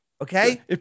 Okay